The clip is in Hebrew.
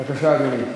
בבקשה, אדוני.